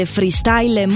Freestyle